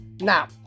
Now